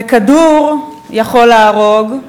וכדור יכול להרוג,